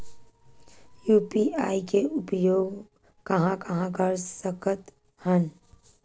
UPI के उपयोग कहां कहा कर सकत हन?